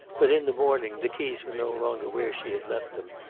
but in the morning the keys were no longer where she had left them.